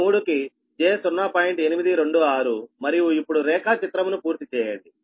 826 మరియు ఇప్పుడు రేఖా చిత్రమును పూర్తి చేయండి